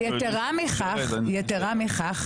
ויתרה מכך,